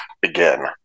begin